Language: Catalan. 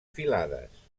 filades